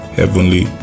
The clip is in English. heavenly